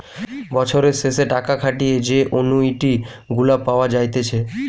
বছরের শেষে টাকা খাটিয়ে যে অনুইটি গুলা পাওয়া যাইতেছে